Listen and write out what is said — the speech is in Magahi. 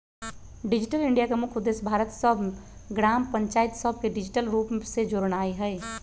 डिजिटल इंडिया के मुख्य उद्देश्य भारत के सभ ग्राम पञ्चाइत सभके डिजिटल रूप से जोड़नाइ हइ